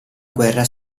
guerra